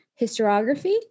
historiography